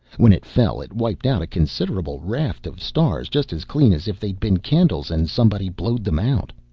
when it fell it wiped out a considerable raft of stars just as clean as if they'd been candles and somebody blowed them out.